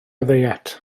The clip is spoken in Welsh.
ddiet